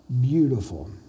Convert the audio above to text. Beautiful